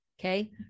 Okay